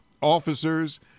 Officers